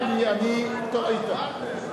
הוא אומר, טעות, שיאמר לי, אני, אמרתי עכשיו.